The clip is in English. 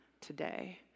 today